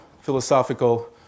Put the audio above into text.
philosophical